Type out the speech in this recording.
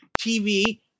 TV